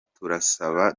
turasaba